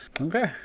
okay